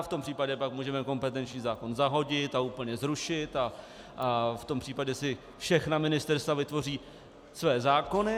V tom případě pak můžeme kompetenční zákon zahodit a úplně zrušit a v tom případě si všechna ministerstva vytvoří své zákony.